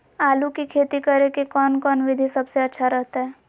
आलू की खेती करें के कौन कौन विधि सबसे अच्छा रहतय?